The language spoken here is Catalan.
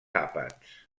àpats